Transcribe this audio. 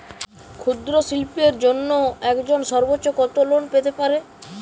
ক্ষুদ্রশিল্পের জন্য একজন সর্বোচ্চ কত লোন পেতে পারে?